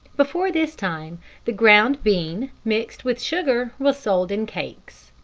before this time the ground bean, mixed with sugar, was sold in cakes.